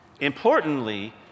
Importantly